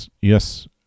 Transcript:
yes